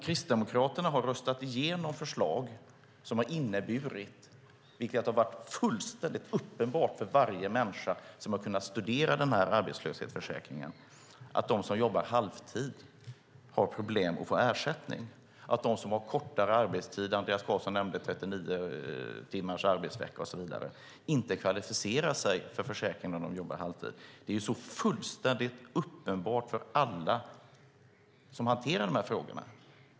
Kristdemokraterna har röstat igenom förslag som har inneburit, vilket har varit fullständigt uppenbart för varje människa som har kunnat studera den här arbetslöshetsförsäkringen, att de som jobbar halvtid har problem att få ersättning och att de som har kortare arbetstid - Andreas Carlson nämnde 39 timmars arbetsvecka och så vidare - inte kvalificerar sig för försäkring om de jobbar halvtid. Det är fullständigt uppenbart för alla som hanterar de här frågorna.